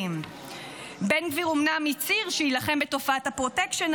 בן גביר אומנם הצהיר שילחם בתופעת הפרוטקשן,